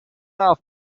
off